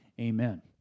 Amen